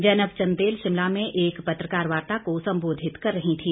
जैनब चंदेल शिमला में एक पत्रकार वार्ता को संबोधित कर रही थी